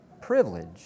privilege